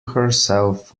herself